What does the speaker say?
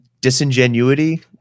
disingenuity